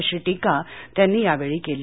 अशी टीका त्यांनी यावेळी केली